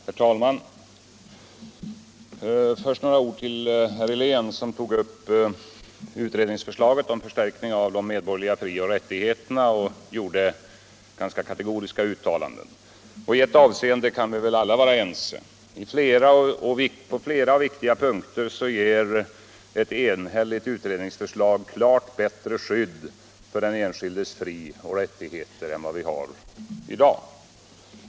Herr talman! Först några ord till herr Helén som tog upp utredningsförslaget om en förstärkning av de medborgerliga frioch rättigheterna och gjorde ganska kategoriska uttalanden. I ett avseende kan vi väl alla vara ense. På flera och viktiga punkter ger ett enhälligt utredningsförslag klart bättre skydd för den enskildes frioch rättigheter än vad vi har i dag.